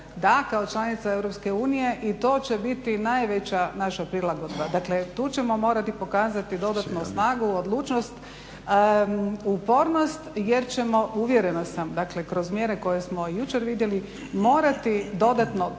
da kao članica EU i to će biti naša najveća prilagodba. Dakle tu ćemo morati pokazati dodanu snagu, odlučnost, upornost jer ćemo uvjerena sam kroz mjere koje smo jučer vidjeli morati dodatno,